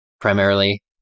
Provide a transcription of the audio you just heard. primarily